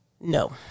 No